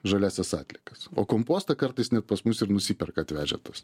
žaliąsias atliekas o kompostą kartais net pas mus ir nusiperka atvežę tas